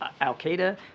Al-Qaeda